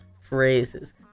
phrases